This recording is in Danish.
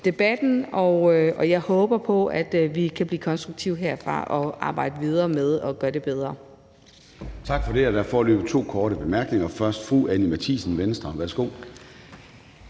Jeg håber, at vi kan blive konstruktive herfra og arbejde videre med at gøre det bedre.